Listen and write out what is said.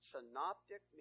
Synoptic